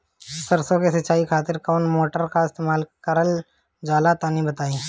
सरसो के सिंचाई खातिर कौन मोटर का इस्तेमाल करल जाला तनि बताई?